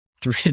three